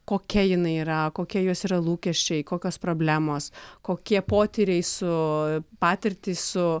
kokia jinai yra kokie jos yra lūkesčiai kokios problemos kokie potyriai su patirtys su